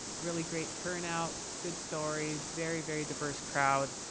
really great turnout good stories very very diverse crowd.